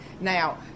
Now